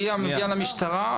שמעבירה למשטרה,